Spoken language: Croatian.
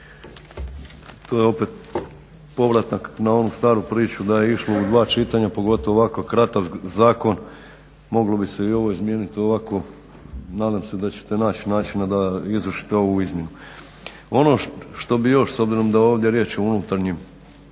to je opet povratak na onu staru priču da je išlo u dva čitanja pogotovo ovako kratak zakona moglo bi se i ovo izmijeniti ovako. Nadam se da ćete nać načina da izvršite ovu izmjenu. Ovo što bih još s obzirom da je ovdje riječ o unutarnjim